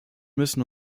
müssen